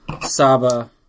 Saba